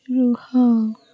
ରୁହ